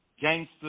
gangster